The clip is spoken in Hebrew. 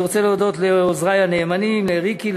אני רוצה להודות לעוזרי הנאמנים: לריקי,